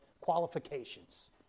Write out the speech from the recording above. qualifications